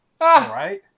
Right